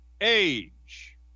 age